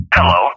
Hello